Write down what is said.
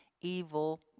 evil